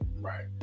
Right